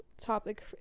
topic